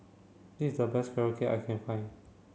this is the best carrot cake I can find